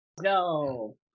No